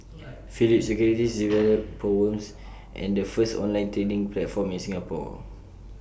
Phillip securities developed poems the first online trading platform in Singapore